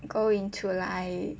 go into like